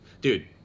Dude